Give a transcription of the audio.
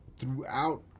throughout